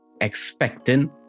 expecting